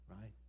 right